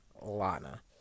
Lana